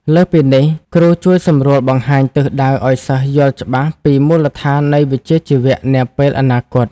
លើសពីនេះគ្រូជួយសម្រួលបង្ហាញទិសដៅឱ្យសិស្សយល់ច្បាស់ពីមូលដ្ឋាននៃវិជ្ជាជីវៈនាពេលអនាគត។